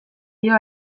dio